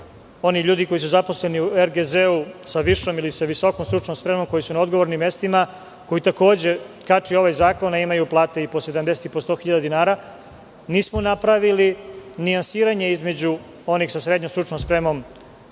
oni ljudi koji su zaposleni u Republičkom geodetskom zavodu sa višom ili sa visokom stručnom spremom, koji su na odgovornim mestima, koje takođe kači ovaj zakon, a imaju plate i po 70 i po 100.000 dinara, nismo napravili nijansiranje između onih sa srednjom stručnom spremom